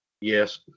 Yes